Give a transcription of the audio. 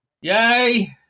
Yay